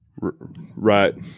Right